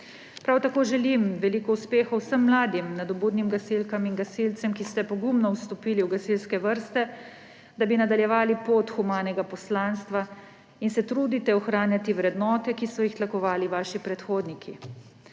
Prav tako želim veliko uspehov vsem mladim nadobudnim gasilkam in gasilcem, ki ste pogumno vstopili v gasilske vrste, da bi nadaljevali pot humanega poslanstva, in se trudite ohranjati vrednote, ki so jih tlakovali vaši predhodniki.